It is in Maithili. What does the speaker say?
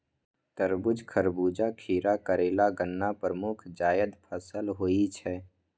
तरबूज, खरबूजा, खीरा, करेला, गन्ना प्रमुख जायद फसल होइ छै